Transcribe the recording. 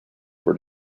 were